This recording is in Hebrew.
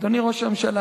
אדוני ראש הממשלה,